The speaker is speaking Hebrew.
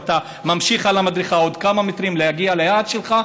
ואתה ממשיך על המדרכה עוד כמה מטרים כדי להגיע ליעד שלך,